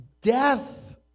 death